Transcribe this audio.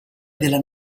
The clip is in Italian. della